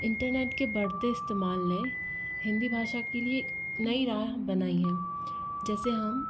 internet के बढ़ते इस्तेमाल ने हिंदी भाषा के लिए नई राह बनाई है जैसे हम